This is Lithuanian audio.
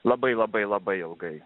labai labai labai ilgai